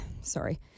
sorry